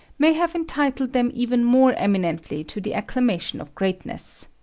may have entitled them even more eminently to the acclamation of greatness.